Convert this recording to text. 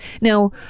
Now